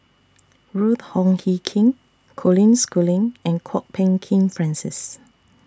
Ruth Wong Hie King Colin Schooling and Kwok Peng Kin Francis